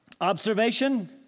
observation